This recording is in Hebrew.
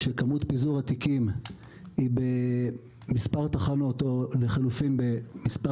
כשכמות פיזור התיקים היא במספר תחנות או לחילופין במספר